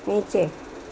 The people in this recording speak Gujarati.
નીચે